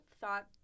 thought